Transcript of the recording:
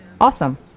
Awesome